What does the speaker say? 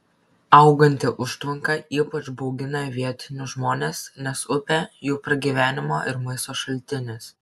auganti užtvanka ypač baugina vietinius žmones nes upė jų pragyvenimo ir maisto šaltinis